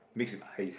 mix with ice